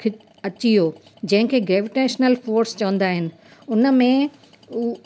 ख अची वियो जंहिं खे ग्रेविटेशनल फोर्स चवंदा आहिनि उन में उहा